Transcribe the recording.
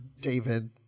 David